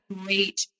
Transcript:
great